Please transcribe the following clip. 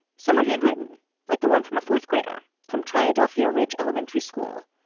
some are handwritten like the one from a fourth grader from tri adelphia ridge elementary school.